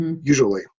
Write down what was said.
usually